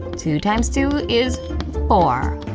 two times two is four,